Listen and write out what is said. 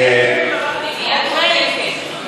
אני מייד בודקת.